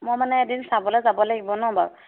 মই মানে এদিন চাবলৈ যাব লাগিব নহ্ বাৰু